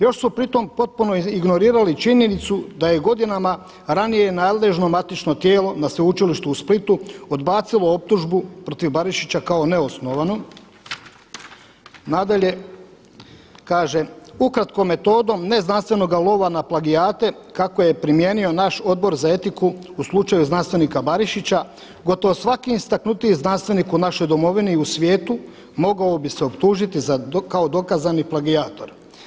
Još su pritom potpuno ignorirali činjenicu da je godinama ranije nadležno matično tijelo na Sveučilištu u Splitu odbacilo optužbu protiv Barišića kao neosnovanu.“ Nadalje kaže: „Ukratko metodom neznanstvenoga lova na plagijate kako je primijenio naš Odbor za etiku u slučaju znanstvenika Barišića gotovo svaki istaknutiji znanstvenik u našoj domovini i u svijetu mogao bi se optužiti kao dokazani plagijator.